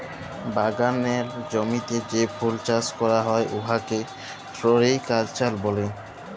বাগালের জমিতে যে ফুল চাষ ক্যরা হ্যয় উয়াকে ফোলোরিকাল্চার ব্যলে